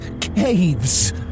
Caves